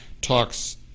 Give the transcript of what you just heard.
talks